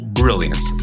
brilliance